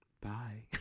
bye